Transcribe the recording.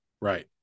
Right